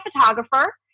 photographer